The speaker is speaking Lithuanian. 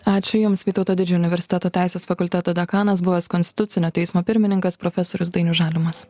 ačiū jums vytauto didžiojo universiteto teisės fakulteto dekanas buvęs konstitucinio teismo pirmininkas profesorius dainius žalimas